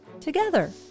together